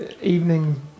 evening